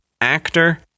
actor